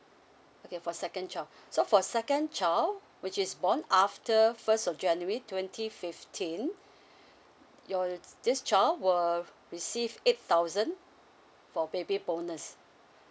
okay for second child so for second child which is born after first of january twenty fifteen your this child will receive eight thousand for baby bonus